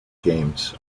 games